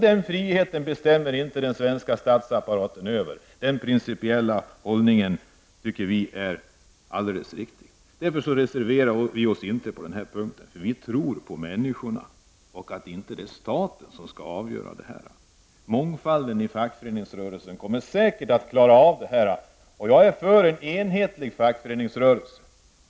Det är något som den svenska statsapparaten inte bestämmer. Den principiella hållningen tycker vi är riktig. Därför reserverar vi oss inte på den här punkten. Vi tror nämligen på människorna och anser inte att staten skall avgöra sådana här saker. Fackföreningsrörelsen kommer säkert genom sin mångfald att klara av detta. Jag är för en enhetlig fackföreningsrörelse.